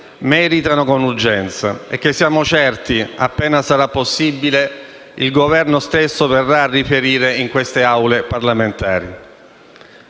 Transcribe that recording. meritano con urgenza e che, siamo certi, appena possibile, il Governo verrà a riferire in queste Aule parlamentari.